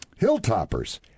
Hilltoppers